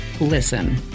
listen